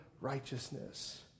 righteousness